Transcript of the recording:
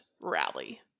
rally